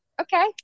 okay